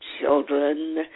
children